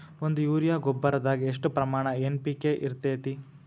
ಒಂದು ಯೂರಿಯಾ ಗೊಬ್ಬರದಾಗ್ ಎಷ್ಟ ಪ್ರಮಾಣ ಎನ್.ಪಿ.ಕೆ ಇರತೇತಿ?